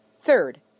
Third